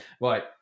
Right